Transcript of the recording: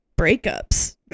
breakups